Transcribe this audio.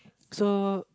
so